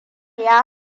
ya